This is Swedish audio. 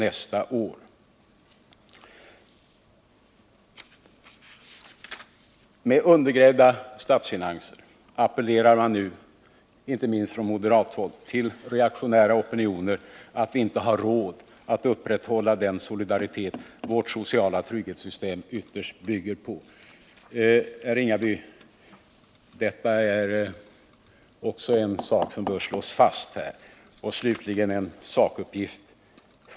Med undergrävda statsfinanser appellerar man nu inte minst från moderat håll till reaktionära opinioner, att vi inte har råd att upprätthålla den solidaritet vårt sociala trygghetssystem ytterst bygger på. Herr Ringaby! Detta är också en sak som bör slås fast. Slutligen en ytterligare sakuppgift.